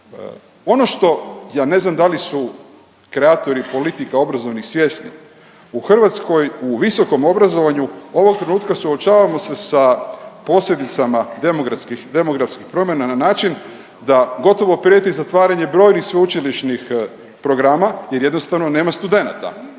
Ono što, ja ne znam da li su kreatori politike obrazovnih svjesni, u Hrvatskoj u visokom obrazovanju ovog trenutka suočavamo se sa posljedicama demografskih promjena na način da gotovo prijeti zatvaranje brojnih sveučilišnih programa jer jednostavno nema studenata